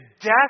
death